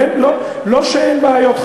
ולא שאין בעיות,